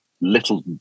Little